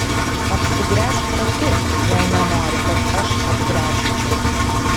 apsigręžk pati jei nenori kad aš apgręžčiau